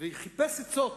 וחיפש עצות.